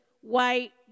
white